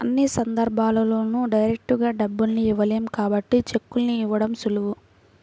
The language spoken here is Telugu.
అన్ని సందర్భాల్లోనూ డైరెక్టుగా డబ్బుల్ని ఇవ్వలేం కాబట్టి చెక్కుల్ని ఇవ్వడం సులువు